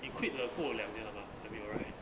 你 quit 了过两年了吗还没有 right